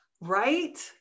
right